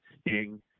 sting